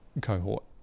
cohort